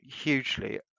hugely